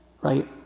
Right